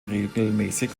regelmäßig